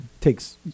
takes